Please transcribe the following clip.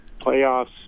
playoffs